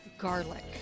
garlic